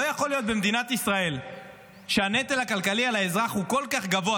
לא יכול להיות שבמדינת ישראל הנטל הכלכלי על האזרח הוא כל כך גבוה,